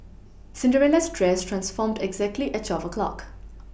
Cinderella's dress transformed exactly at twelve o' clock